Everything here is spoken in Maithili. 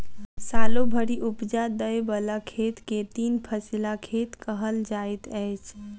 सालो भरि उपजा दय बला खेत के तीन फसिला खेत कहल जाइत अछि